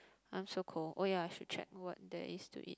I'm so cold oh ya I should check what there is to eat